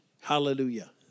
Hallelujah